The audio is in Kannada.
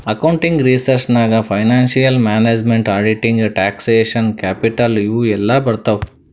ಅಕೌಂಟಿಂಗ್ ರಿಸರ್ಚ್ ನಾಗ್ financial management, auditing, taxation, capital ಇವು ಎಲ್ಲಾ ಬರ್ತಾವ್